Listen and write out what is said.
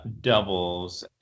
doubles